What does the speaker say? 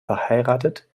verheiratet